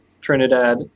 trinidad